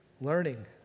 learning